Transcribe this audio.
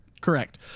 Correct